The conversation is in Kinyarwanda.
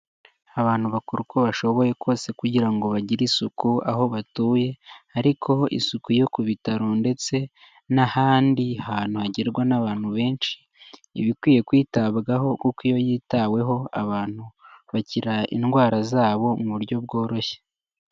Abantu bakora uko bashoboye kose kugira ngo bagire isuku aho batuye, ariko isuku yo ku bitaro ndetse n'ahandi hantu hagerwa n'abantu benshi iba ikwiye kwitabwaho, kuko iyo yitaweho abantu bakira indwara zabo mu buryo bworoshye.